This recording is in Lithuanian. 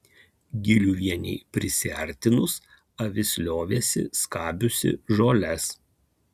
giliuvienei prisiartinus avis liovėsi skabiusi žoles